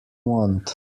want